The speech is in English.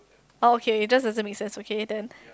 okay just doesn't make sense okay then